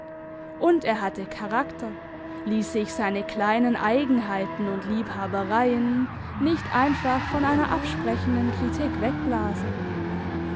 und er hatte charakter liess sich seine kleinen eigenheiten und liebhabereien nicht einfach von einer absprechenden kritik wegblasen